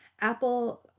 Apple